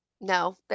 No